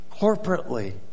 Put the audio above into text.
corporately